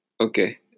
Okay